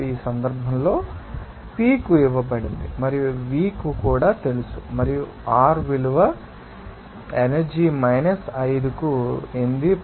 ఇప్పుడు ఈ సందర్భంలో P మీకు ఇవ్వబడింది మరియు V మీకు కూడా తెలుసు మరియు R విలువ ఎనర్జీ మైనస్ 5 కు 8